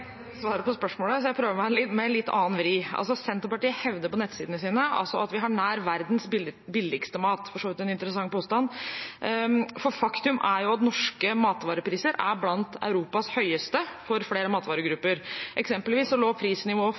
på spørsmålet, så jeg prøver meg med en litt annen vri. Senterpartiet hevder på nettsidene sine at vi har nær verdens billigste mat – for så vidt en interessant påstand, for faktum er at norske matvarepriser er blant Europas høyeste for flere matvaregrupper. Eksempelvis lå prisnivået